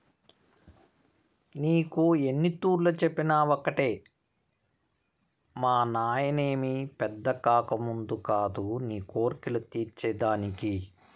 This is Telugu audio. నీకు ఎన్నితూర్లు చెప్పినా ఒకటే మానాయనేమి పెద్ద కామందు కాదు నీ కోర్కెలు తీర్చే దానికి